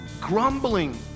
Grumbling